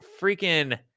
freaking